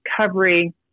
recovery